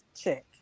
check